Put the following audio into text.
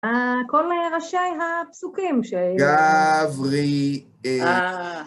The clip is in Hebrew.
אה.. כל ראשי הפסוקים שהיו... גברי... אה..